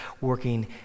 working